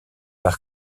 par